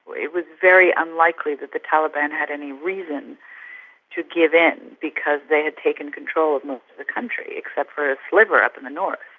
it was very unlikely that the taliban had any reason to give in, because they had taken control of most of the country, except for a sliver up in the north.